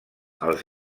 els